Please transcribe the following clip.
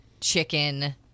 chicken